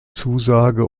zusage